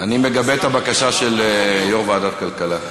אני מגבה את הבקשה של יושב-ראש ועדת הכלכלה.